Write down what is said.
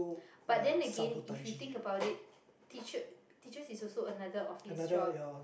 but then again if you think about it teacher teachers is also another office job